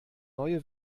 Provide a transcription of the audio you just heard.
neue